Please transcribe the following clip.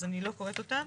אז אני לא קוראת אותם.